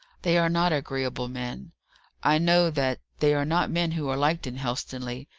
they are not agreeable men i know that they are not men who are liked in helstonleigh,